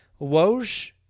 Woj